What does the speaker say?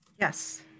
Yes